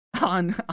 On